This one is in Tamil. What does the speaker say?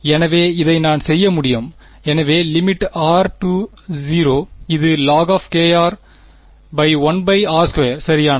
எனவே இதை நான் செய்ய முடியும் எனவே r0 இது log1r2 சரியானது